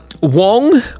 Wong